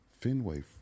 Fenway